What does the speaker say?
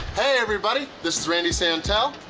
hey, everybody. this is randy santel,